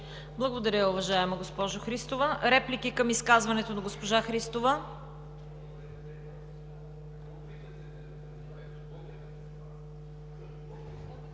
Благодаря, уважаема госпожо Христова. Реплики към изказването на госпожа Христова?